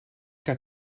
que